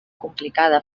complicada